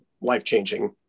life-changing